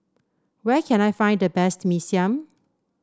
where can I find the best Mee Siam